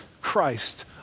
Christ